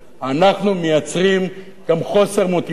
אנחנו מייצרים גם חוסר מוטיבציה,